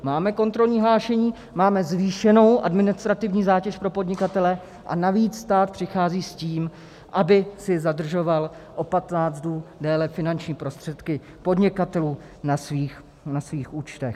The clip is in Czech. Máme kontrolní hlášení, máme zvýšenou administrativní zátěž pro podnikatele, a navíc stát přichází s tím, aby si zadržoval o 15 dnů déle finanční prostředky podnikatelů na svých účtech.